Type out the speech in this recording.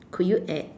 could you add